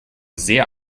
sehr